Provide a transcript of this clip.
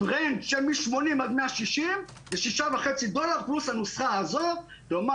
ברנד מ-80 עד 160 זה 6.5 דולר פלוס הנוסחה הזאת כלומר